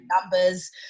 numbers